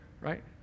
right